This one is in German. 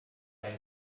ein